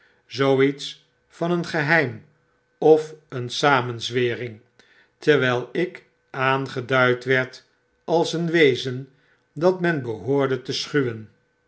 iets van een geheim of een samenzwenng terwijl ik aangeduid werd als een wezen dat men behoorde te schuwen